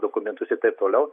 dokumentus ir taip toliau